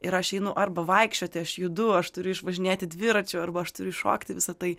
ir aš einu arba vaikščioti aš judu aš turiu išvažinėti dviračiu arba aš turiu iššokti visa tai